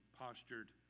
postured